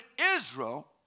Israel